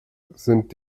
sind